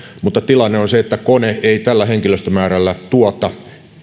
mutta tilanne on se että kone ei tällä henkilöstömäärällä tuota